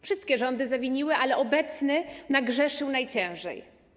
Wszystkie rządy zawiniły, ale obecny nagrzeszył najciężej.